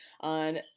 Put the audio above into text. on